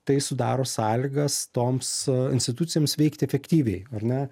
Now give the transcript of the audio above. tai sudaro sąlygas toms institucijoms veikti efektyviai ar ne